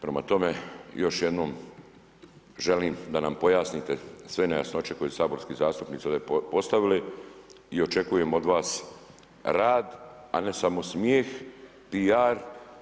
Prema tome, još jednom želim da nam pojasnite sve nejasnoće koje su saborski zastupnici ovdje postavili i očekujem od vas rad, a ne samo smijeh, pijar.